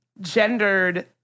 gendered